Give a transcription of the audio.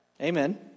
Amen